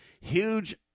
Huge